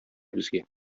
безгә